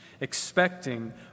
expecting